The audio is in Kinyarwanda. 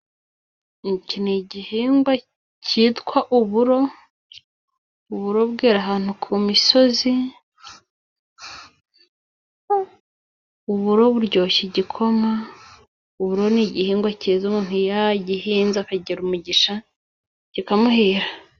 Iki ni igihingwa cyitwa uburo, uburo bwera ahantu ku misozi, uburo buryoshya igikoma, uburo ni igihingwa cyiza umuntu yagihinze akagira umugisha kikamuhira.